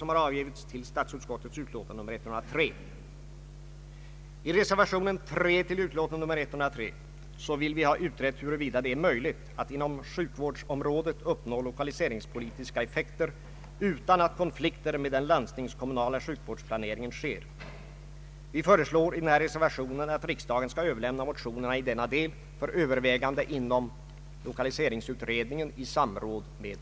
Man kan inte bara se till hur föräldrarna eller daghemmet skall klara det och inte tänka på barnens bästa. Man måste inse att det är en kedja av kombinerade saker som kan ge ett gott stöd såväl åt barnen som åt föräldrarna och vår daghemsorganisation.